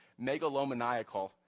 megalomaniacal